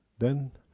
then.